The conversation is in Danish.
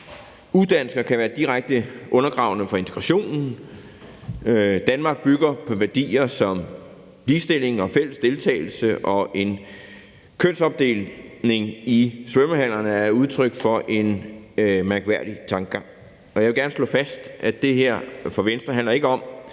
udansk og kan være direkte undergravende for integrationen. Danmark bygger på værdier som ligestilling og fælles deltagelse, og en kønsopdeling i svømmehallerne er udtryk for en mærkværdig tankegang. Jeg vil gerne slå fast, at det her for Venstre ikke handler om,